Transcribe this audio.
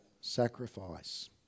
sacrifice